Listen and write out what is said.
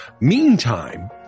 Meantime